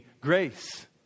grace